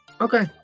Okay